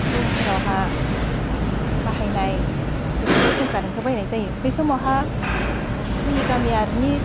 रुमफोरावहा बाहायनाय बेफोराव जों कारेन्टखो बाहायनाय जायो बैसमावहा जोंनि गामियारिनि